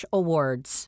awards